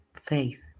faith